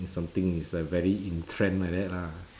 something is like very in trend like that lah